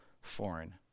foreign